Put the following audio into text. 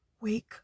Wake